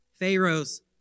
Pharaoh's